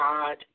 God